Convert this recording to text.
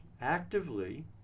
actively